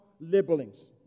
labelings